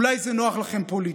אולי זה נוח לכם פוליטית.